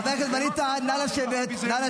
אתה היית היו"ר.